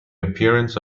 appearance